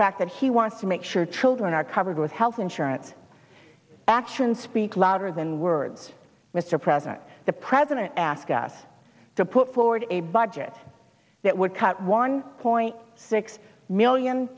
fact that he wants to make sure children are covered with health insurance actions speak louder than words mr president the president asked us to put forward a budget that would cut one point six million